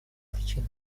причинам